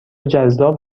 جذاب